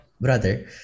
brother